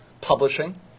publishing